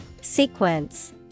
Sequence